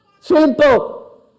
Simple